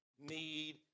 need